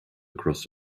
across